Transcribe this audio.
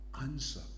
answer